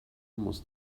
muss